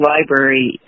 Library